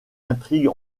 intrigue